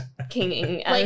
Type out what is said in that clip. kinging